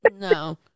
No